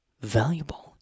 valuable